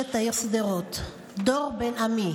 בן עמי,